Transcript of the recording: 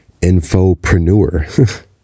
infopreneur